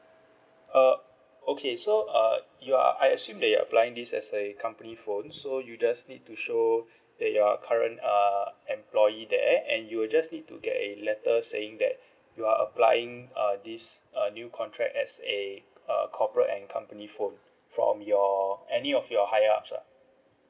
uh okay so uh you are I assume that you're applying this as a company phone so you just need to show that you're current uh employee there and you'll just need to get a letter saying that you are applying err this a new contract as a uh corporate and company phone from your any of your higher ups lah